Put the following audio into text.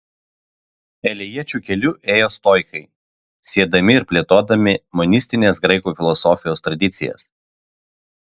elėjiečių keliu ėjo stoikai siedami ir plėtodami monistinės graikų filosofijos tradicijas